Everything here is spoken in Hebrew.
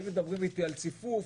אם מדברים איתי על ציפוף,